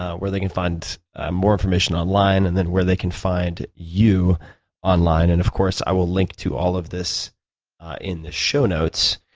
ah where they can find ah more information online and then where they can find you online? and of course, i will link to all of this in the show notes.